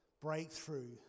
breakthrough